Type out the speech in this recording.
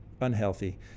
unhealthy